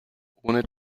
ohne